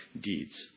deeds